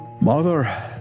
Mother